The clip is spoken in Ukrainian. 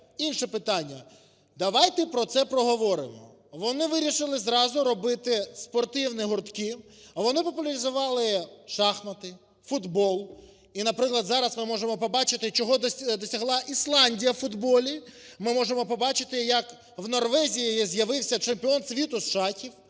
інше питання: "Давайте про це поговоримо". Вони вирішили зразу робити спортивні гуртки, вони популяризували шахи, футбол. І, наприклад, зараз ми можемо побачити, чого досягла Ісландія у футболі, ми можемо побачити, як в Норвегії з'явився чемпіон світу з шахів.